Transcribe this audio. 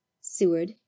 Seward